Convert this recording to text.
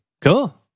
Cool